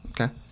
Okay